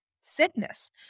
sickness